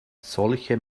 solche